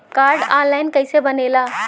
Card online कइसे बनेला?